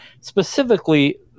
specifically